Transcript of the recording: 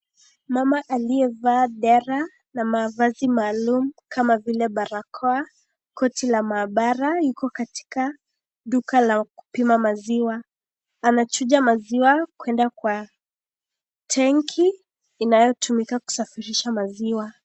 Mama aliyevaa dera na mavazi maalum kama vile, barakoa koti la maabara, yuko katika duka la kupima maziwa. Amechuja maziwa kwenda kwa tenki inayotumika kusafirisha maziwa.